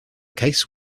case